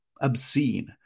Obscene